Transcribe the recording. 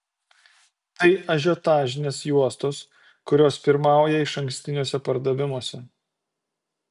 tai ažiotažinės juostos kurios pirmauja išankstiniuose pardavimuose